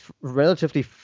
relatively